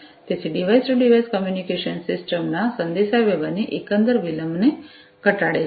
તેથી device to device communication system ના સંદેશાવ્યવહારની એકંદર વિલંબને ઘટાડશે